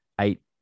eight